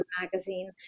magazine